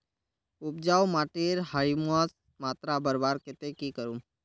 उपजाऊ माटिर ह्यूमस मात्रा बढ़वार केते की करूम?